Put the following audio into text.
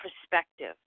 perspective